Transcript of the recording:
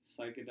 psychedelic